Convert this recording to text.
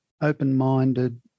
open-minded